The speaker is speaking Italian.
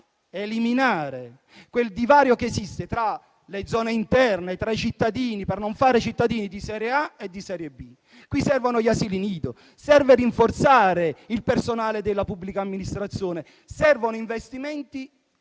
eliminare il divario esistente tra le zone interne e il resto del Paese e tra i cittadini, per non creare cittadini di serie A e di serie B. Qui servono gli asili nido, serve rinforzare il personale della pubblica amministrazione e servono investimenti